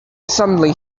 suddenly